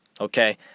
Okay